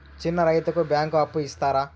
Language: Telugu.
చిన్న రైతుకు బ్యాంకు అప్పు ఇస్తారా?